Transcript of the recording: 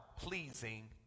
pleasing